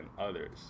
others